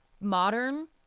modern